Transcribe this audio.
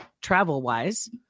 travel-wise